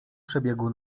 przebiegu